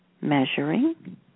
measuring